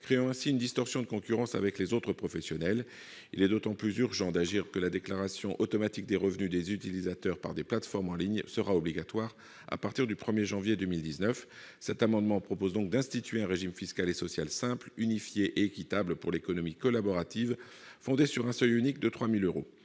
créant ainsi une distorsion de concurrence avec les autres professionnels. Il est d'autant plus urgent d'agir que la déclaration automatique des revenus des utilisateurs par les plateformes en ligne sera obligatoire à partir du 1 janvier 2019. Cet amendement prévoit donc d'instituer un régime fiscal et social simple, unifié et équitable pour l'économie collaborative, fondé sur un seuil unique de 3 000 euros.